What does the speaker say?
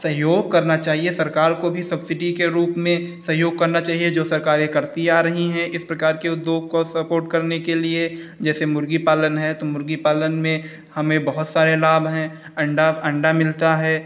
सहयोग करना चाहिए सरकार को भी सब्सिडी के रूप में सहयोग करना चाहिए जो सरकारें करती आ रही हैं इस प्रकार के उद्योग को सपोर्ट करने के लिए जैसे मुर्गी पालन है तो मुर्गी पालन में हमें बहुत सारे लाभ हैं अंडा अंडा मिलता है